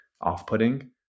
off-putting